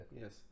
Yes